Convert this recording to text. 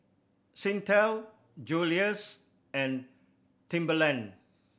Singtel Julie's and Timberland